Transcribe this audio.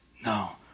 No